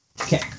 Okay